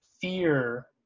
fear